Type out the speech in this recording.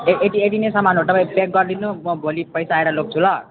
य यति यति नै सामान हो तपाईँ पेक गरिदिनू म भोलि पैसा आएर लग्छु ल